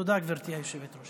תודה, גברתי היושבת-ראש.